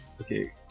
Okay